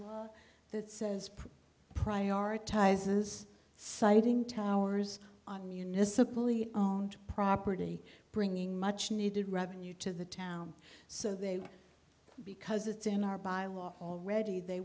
laws that says prioritizes siting towers on municipal own property bringing much needed revenue to the town so they because it's in our bylaw already they